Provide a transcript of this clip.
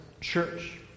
church